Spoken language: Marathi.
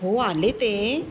हो आले ते